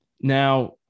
Now